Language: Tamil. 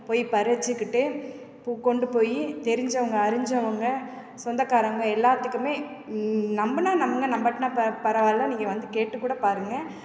போய் பறிச்சுக்கிட்டு பு கொண்டு போய் தெரிஞ்சவங்க அறிஞ்சவங்க சொந்தக்காரங்க எல்லாருத்துக்குமே நம்பினா நம்புங்கள் நம்பாட்டினா ப பரவாயில்லை நீங்கள் வந்து கேட்டுக் கூட பாருங்கள்